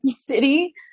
city